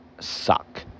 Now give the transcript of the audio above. Suck